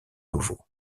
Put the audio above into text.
nouveau